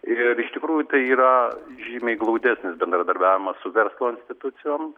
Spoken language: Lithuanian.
ir iš tikrųjų tai yra žymiai glaudesnis bendradarbiavimas su verslo institucijom